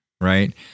right